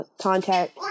contact